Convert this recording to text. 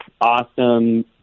awesome